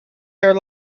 their